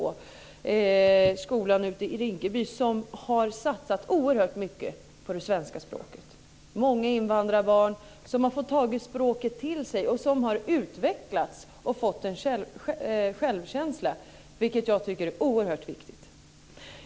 och tog upp skolan i Rinkeby som har satsat oerhört mycket på svenska språket. Många invandrarbarn som har fått ta språket till sig har utvecklats och fått självkänsla, vilket jag tycker är oerhört viktigt.